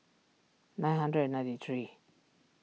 nine hundred and ninety three